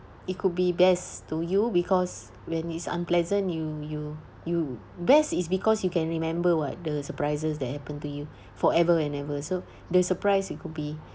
it could be best to you because when it's unpleasant you you you best is because you can remember what the surprises that happened to you forever and ever so the surprise it could be